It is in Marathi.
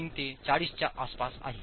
5 ते 40 च्या आसपास आहे